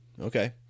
okay